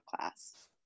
class